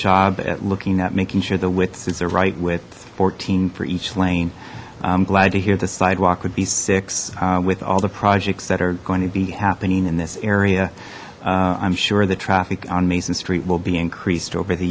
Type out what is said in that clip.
job at looking at making sure the widths is a right width fourteen for each lane i'm glad to hear the sidewalk would be six with all the projects that are going to be happening in this area i'm sure the traffic on mason street will be increased over the